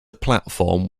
platform